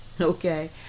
Okay